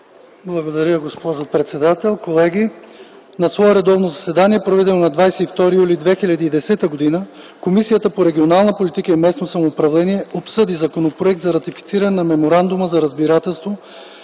Благодаря, госпожо председател. Колеги, „На свое редовно заседание, проведено на 22 юли 2010 г., Комисията по регионална политика и местно самоуправление обсъди Законопроект за ратифициране на Меморандума за разбирателство